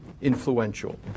influential